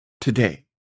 today